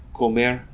comer